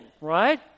right